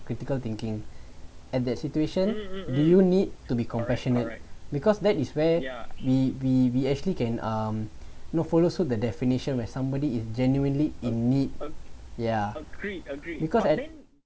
critical thinking at that situation do you need to be compassionate because that is where we we we actually can um know follow so the definition where the somebody is genuinely in need yeah because at